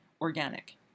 organic